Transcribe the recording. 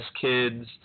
Kids